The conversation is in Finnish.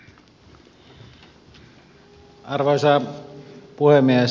arvoisa puhemies